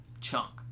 chunk